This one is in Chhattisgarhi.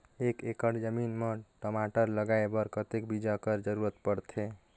एक एकड़ जमीन म टमाटर लगाय बर कतेक बीजा कर जरूरत पड़थे?